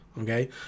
Okay